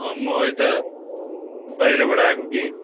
म यता बाहिरबाट आएको कि